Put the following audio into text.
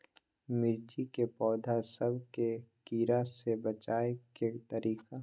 मिर्ची के पौधा सब के कीड़ा से बचाय के तरीका?